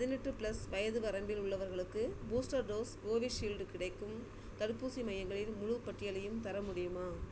பதினெட்டு ப்ளஸ் வயது வரம்பில் உள்ளவர்களுக்கு பூஸ்டர் டோஸ் கோவிஷீல்டு கிடைக்கும் தடுப்பூசி மையங்களின் முழு பட்டியலையும் தர முடியுமா